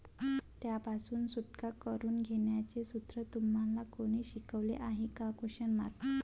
त्यापासून सुटका करून घेण्याचे सूत्र तुम्हाला कोणी शिकवले आहे का?